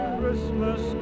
Christmas